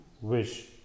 wish